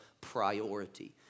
priority